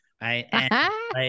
Right